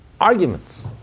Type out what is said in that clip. arguments